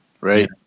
right